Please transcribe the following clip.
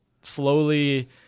slowly –